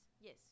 yes